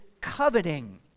coveting